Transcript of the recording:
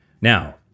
Now